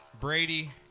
Brady